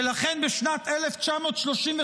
ולכן בשנת 1935,